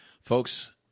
Folks